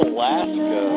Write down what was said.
Alaska